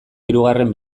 hirugarren